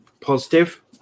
positive